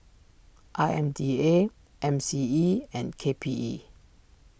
I M D A M C E and K P E